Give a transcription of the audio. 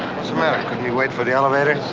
matter? couldn't he wait for the elevator? it's